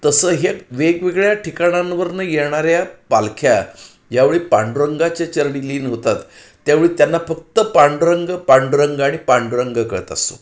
तसं ह्या वेगवेगळ्या ठिकाणांवरनं येणाऱ्या पालख्या ज्या वेळी पांडुरंगाच्या चरणी लीन होतात त्या वेळी त्यांना फक्त पांडुरंग पांडुरंग आणि पांडुरंग कळत असतो